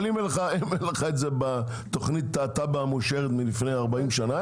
אבל אם אין לך את זה בתוכנית התב"ע המאושרת מלפני 40 שנה,